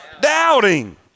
doubting